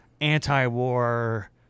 Anti-war